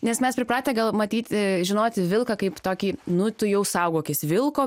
nes mes pripratę gal matyti žinoti vilką kaip tokį nu tu jau saugokis vilko